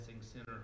Center